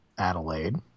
Adelaide